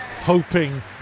hoping